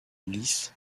lys